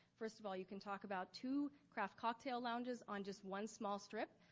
first of all, you can talk about two craft cocktail lounges on just one small strip,